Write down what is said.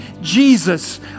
Jesus